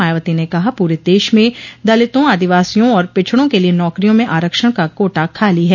मायावती ने कहा पूरे देश में दलितों आदिवासियों और पिछड़ों के लिये नौकरियों में आरक्षण का कोटा खाली है